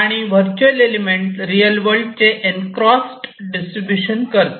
आणि virtual element real वर्ल्डचे एन्क्रॉस्ट डिस्ट्रीब्यूशन म्हणून करते